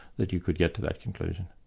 that you could get to that conclusion.